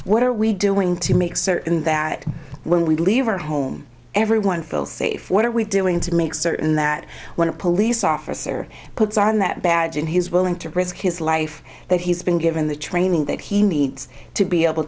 what are we doing to make certain that when we leave our home everyone feels safe what are we doing to make certain that when a police officer puts on that badge and he's willing to risk his life that he's been given the training that he needs to be able